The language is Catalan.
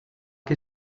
que